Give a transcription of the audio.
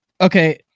Okay